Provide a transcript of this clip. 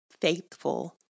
faithful